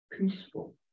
peaceful